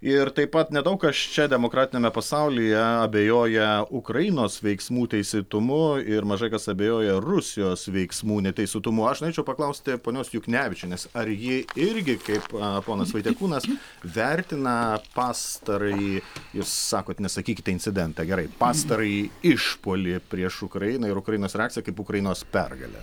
ir taip pat nedaug kas čia demokratiniame pasaulyje abejoja ukrainos veiksmų teisėtumu ir mažai kas abejoja rusijos veiksmų neteisėtumu aš norėčiau paklausti ponios juknevičienės ar ji irgi kaip ponas vaitiekūnas vertina pastarąjį jūs sakot nesakykite incidentą gerai pastarąjį išpuolį prieš ukrainą ir ukrainos reakciją kaip ukrainos pergalę